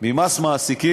ממס חברות